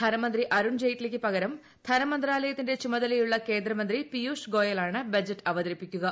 ധനമന്ത്രി അരുൺ ജയ്റ്റ്ലിക്ക് പകരം ധനമന്ത്രാലയത്തിന്റെ ചുമതലയുള്ള കേന്ദ്രമന്ത്രി പീയുഷ് ഗോയലാണ് ബജറ്റ് അവതരിപ്പിക്കുക